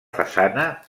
façana